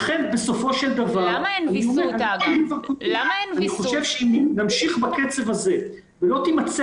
לכן בסופו של דבר אני חושב שאם נמשיך בקצב הזה ולא תימצא